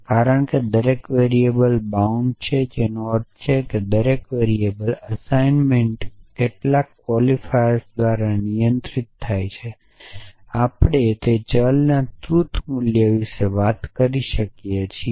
કારણ કે દરેક વેરીએબલ બાઉન્ડ જેનો અર્થ છે કે દરેક વેરીએબલ્સ અસાઇનમેન્ટ કેટલાક ક્વોન્ટિફાયર દ્વારા નિયંત્રિત થાય છે આપણે તે ચલના ટ્રુથ મૂલ્ય વિશે વાત કરી શકીએ છીએ